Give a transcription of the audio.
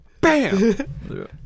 bam